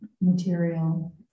material